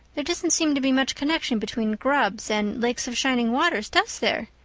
there doesn't seem to be much connection between grubs and lakes of shining waters, does there?